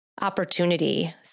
opportunity